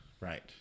Right